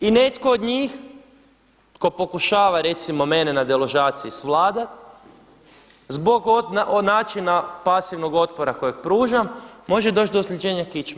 I netko od njih tko pokušava recimo mene na deložaciji svladati zbog načina pasivnog otpora kojeg pružam može doći do ozljeđenja kičme.